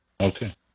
Okay